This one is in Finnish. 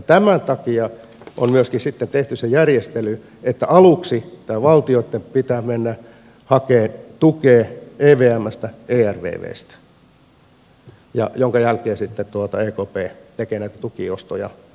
tämän takia on myöskin sitten tehty se järjestely että aluksi valtioitten pitää mennä hakemaan tukea evmstä ervvstä minkä jälkeen sitten ekp tekee näitä tukiostoja